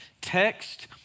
Text